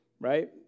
right